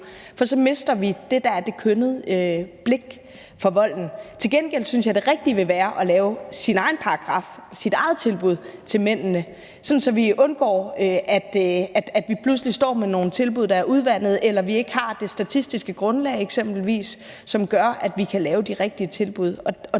for så mister vi det, der er det kønnede blik for volden. Til gengæld synes jeg, at det rigtige vil være at lave en særlig paragraf, et særligt tilbud til mændene, sådan at vi undgår, at vi pludselig står med nogle tilbud, der er udvandede, eller vi ikke har det statistiske grundlag, eksempelvis, som gør, at vi kan lave de rigtige tilbud.